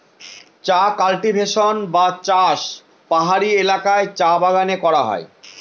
চা কাল্টিভেশন বা চাষ পাহাড়ি এলাকায় চা বাগানে করা হয়